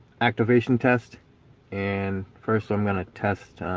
activation test and first i'm going to test